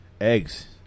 Eggs